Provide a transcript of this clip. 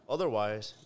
Otherwise